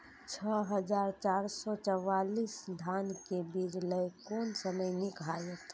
छः हजार चार सौ चव्वालीस धान के बीज लय कोन समय निक हायत?